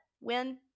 win